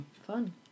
Fun